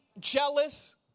jealous